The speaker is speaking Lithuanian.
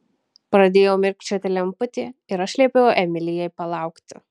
pradėjo mirkčioti lemputė ir aš liepiau emilijai palaukti